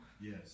Yes